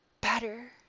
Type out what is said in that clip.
better